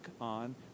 on